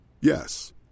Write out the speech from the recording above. Yes